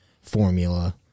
formula